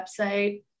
website